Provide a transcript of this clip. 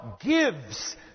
gives